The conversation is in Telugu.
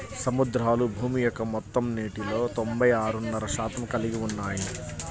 సముద్రాలు భూమి యొక్క మొత్తం నీటిలో తొంభై ఆరున్నర శాతం కలిగి ఉన్నాయి